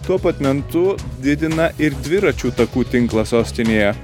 tuo pat mentu didina ir dviračių takų tinklą sostinėje